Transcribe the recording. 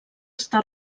està